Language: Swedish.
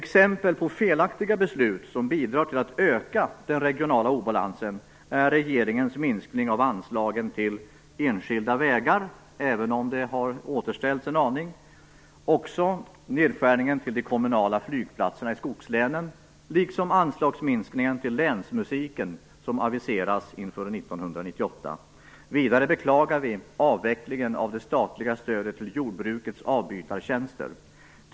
Exempel på felaktiga beslut som bidrar till att öka den regionala obalansen är regeringens minskning av anslagen till enskilda vägar, även om det har återställts en aning, och nedskärningen av anslagen till de kommunala flygplatserna i skogslänen liksom den anslagsminskning till länsmusiken som aviseras inför Vidare beklagar vi avvecklingen av det statliga stödet till jordbrukets avbytartjänster.